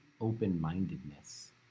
open-mindedness